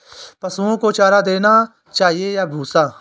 पशुओं को चारा देना चाहिए या भूसा?